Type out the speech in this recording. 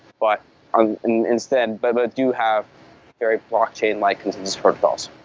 but um and instead, but do have very blockchain like sort of but so